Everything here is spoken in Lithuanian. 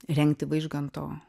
rengti vaižganto